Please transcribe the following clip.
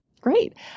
Great